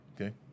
okay